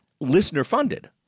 listener-funded